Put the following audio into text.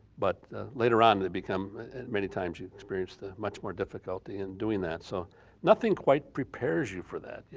but later on it become many times you've experienced ah much more difficulty in doing that so nothing quite prepares you for that.